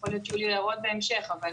יכול להיות שיהיו לי בעיות בהמשך, אבל